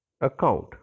account